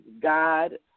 God